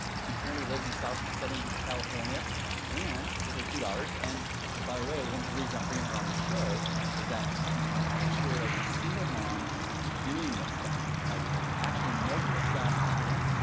she currently lives in south southern california and with her two daughters. and he, by the way, the one reason i'm bringing her on the show is that she's actually like a single mom doing this stuff. like actually making this stuff happen,